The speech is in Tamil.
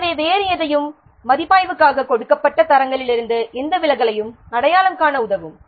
எனவே வேறு எதையும் எனவே மதிப்பாய்வுக்காக கொடுக்கப்பட்ட தரங்களிலிருந்து எந்த விலகலையும் அடையாளம் காண உதவும்